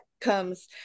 comes